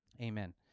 amen